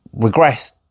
regressed